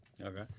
Okay